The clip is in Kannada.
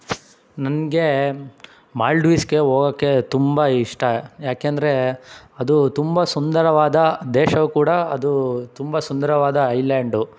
ನನಗೆ ಮಾಲ್ಡೀವ್ಸ್ಗೆ ಹೋಗಕ್ಕೆ ತುಂಬ ಇಷ್ಟ ಯಾಕೆಂದರೆ ಅದು ತುಂಬ ಸುಂದರವಾದ ದೇಶವೂ ಕೂಡ ಅದು ತುಂಬ ಸುಂದರವಾದ ಐಲ್ಯಾಂಡು